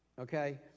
okay